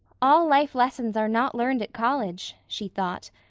all life lessons are not learned at college, she thought.